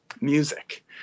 music